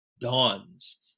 dawns